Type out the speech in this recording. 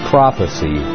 Prophecy